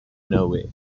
nowhere